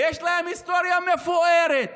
ויש להם היסטוריה מפוארת